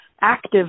active